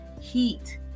heat